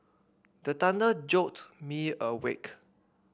the thunder jolt me awake